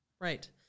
right